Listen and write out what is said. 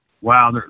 Wow